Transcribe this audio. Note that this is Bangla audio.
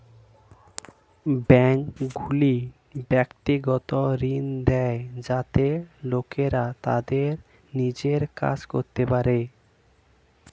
ব্যাঙ্কগুলি ব্যক্তিগত ঋণ দেয় যাতে লোকেরা তাদের নিজের কাজ করতে পারে